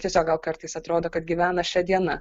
tiesiog gal kartais atrodo kad gyvena šia diena